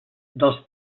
dels